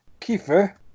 Kiefer